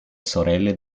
sorelle